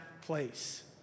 place